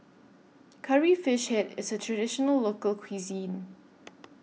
Curry Fish Head IS A Traditional Local Cuisine